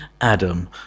Adam